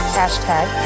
hashtag